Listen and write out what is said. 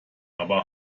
aber